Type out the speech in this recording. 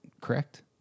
correct